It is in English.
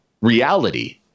reality